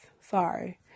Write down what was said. sorry